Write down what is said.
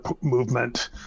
movement